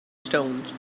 stones